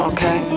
Okay